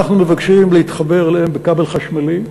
ואנחנו מבקשים להתחבר אליהם בכבל חשמלי.